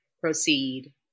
proceed